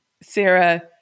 Sarah